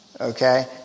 Okay